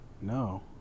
no